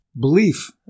belief